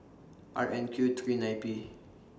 R N Q three nine P